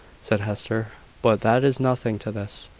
said hester but that is nothing to this.